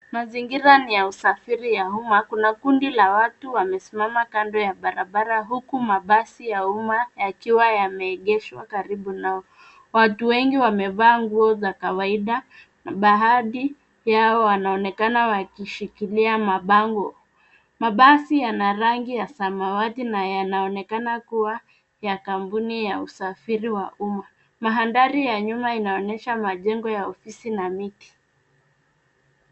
Mazingira ni ya usafiri wa umma. Kuna kundi la watu wamesimama kando ya barabara huku mabasi ya umma yakiwa yameegeshwa karibu nao. Watu wengi wamevaa nguo za kawaida, baadhi yao wanaonekana wakishikilia mabango. Mabasi yana rangi ya samawati na yanaonekana kuwa ya kampuni ya usafiri wa umma. Mandhari ya nyuma inaonyesha majengo ya ofisi na miti.